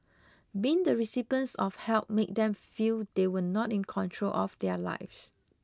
being the recipients of help made them feel they were not in control of their lives